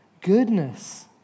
goodness